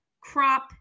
crop